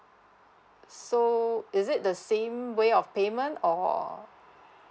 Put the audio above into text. so is it the same way of payment or